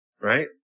right